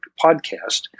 podcast